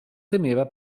temeva